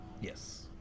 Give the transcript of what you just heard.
Yes